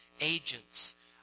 agents